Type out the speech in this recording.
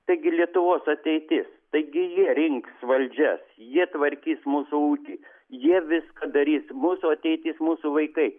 taigi lietuvos ateitis taigi jie rinks valdžias jie tvarkys mūsų ūkį jie viską darys mūsų ateitis mūsų vaikai